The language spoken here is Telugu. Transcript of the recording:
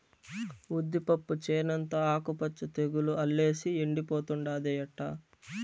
ఉద్దిపప్పు చేనంతా ఆకు మచ్చ తెగులు అల్లేసి ఎండిపోతుండాదే ఎట్టా